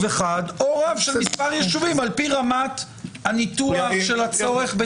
אחד או רב של כמה יישובים על פי רמת הניתוח של הצורך.